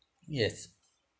yes